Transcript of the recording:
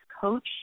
Coach